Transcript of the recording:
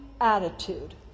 attitude